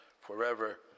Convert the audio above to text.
forever